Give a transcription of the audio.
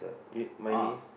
with my niece